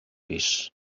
pis